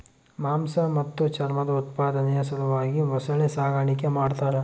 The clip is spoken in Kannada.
ಮಾಂಸ ಮತ್ತು ಚರ್ಮದ ಉತ್ಪಾದನೆಯ ಸಲುವಾಗಿ ಮೊಸಳೆ ಸಾಗಾಣಿಕೆ ಮಾಡ್ತಾರ